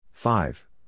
Five